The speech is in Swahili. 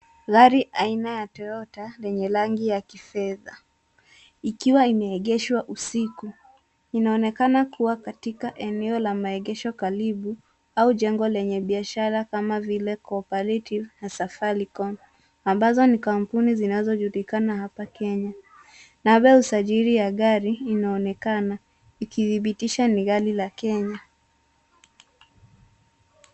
Gari aina ya Toyota lenye rangi ya kifeza limeegeshwa usiku katika eneo la maegesho la karibu na majengo ya kibiashara kama Cooperative na Safaricom. Mabango ya kampuni hizi yanaonekana karibu na gari. Nambari ya usajili ya gari inaonyesha kuwa ni gari la Kenya.